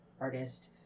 artist